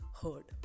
heard